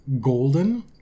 golden